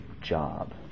job